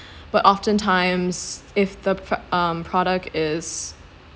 but often times if the um product is